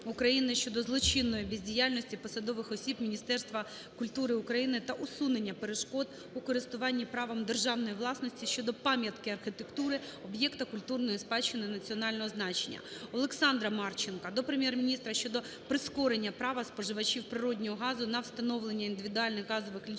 України щодо злочинної бездіяльності посадових осіб Міністерства культури України та усунення перешкод у користуванні правом державної власності щодо пам'ятки архітектури - об'єкта культурної спадщини національного значення. Олександра Марченка до Прем'єр-міністра щодо прискорення права споживачів природного газу на встановлення індивідуальних газових лічильників